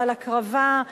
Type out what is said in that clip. ועל הקרבה,